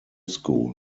school